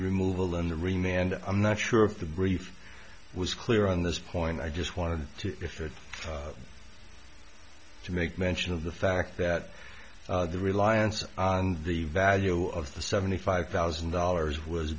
remains and i'm not sure if the brief was clear on this point i just wanted to if it to make mention of the fact that the reliance on the value of the seventy five thousand dollars was